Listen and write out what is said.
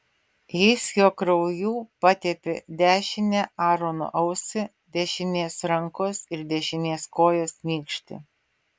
jis jo krauju patepė dešinę aarono ausį dešinės rankos ir dešinės kojos nykštį